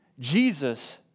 Jesus